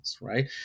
right